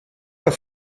quoi